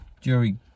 jury